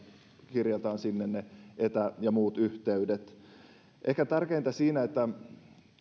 kirjataan sinne ne etä ja muut yhteydet ehkä tärkeintä siinä että